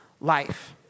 life